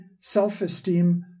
self-esteem